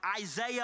Isaiah